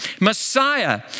Messiah